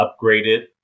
upgraded